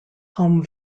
home